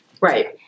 Right